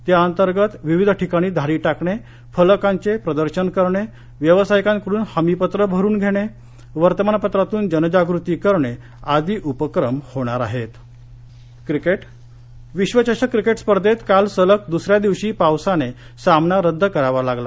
त्यांतर्गत विविध ठिकाणी धाडी टाकणे फलकांचे प्रदर्शन करणे व्यवसायिकांकडून हमीपत्रे भरून घेणे वर्तमानपत्रातून जनजागृती करणे आदी उपक्रम होणार आहेत क्रिकेट विश्वचषक क्रिकेट स्पर्धेत काल सलग दुसऱ्या दिवशी पावसामुळे सामना रद्द करावा लागला